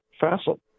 facile